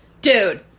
dude